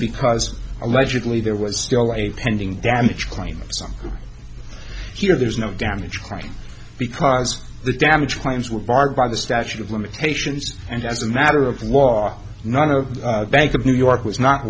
because allegedly there was a pending damage claim here there's no damage because the damage claims were barred by the statute of limitations and as a matter of law none of bank of new york was not